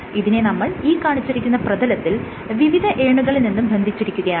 ഇതിനെ നമ്മൾ ഈ കാണുന്ന പ്രതലത്തിൽ വിവിധ ഏണുകളിൽ നിന്നും ബന്ധിച്ചിരിക്കുകയാണ്